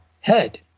head